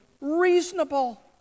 reasonable